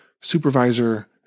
supervisor